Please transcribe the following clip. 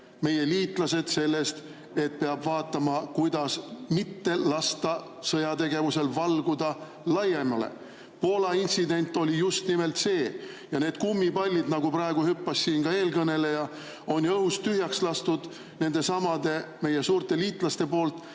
meie liitlased sellest, et peab vaatama, kuidas mitte lasta sõjategevusel laiemale valguda. Poola intsident oli just nimelt see. Need kummipallid, nagu praegu hüppas siin ka eelkõneleja, on õhust tühjaks lastud nendesamade meie suurte liitlaste poolt,